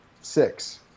six